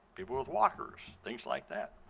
people with walkers, things like that.